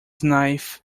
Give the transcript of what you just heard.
knife